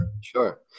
Sure